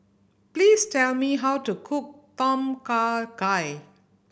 please tell me how to cook Tom Kha Gai